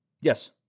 Yes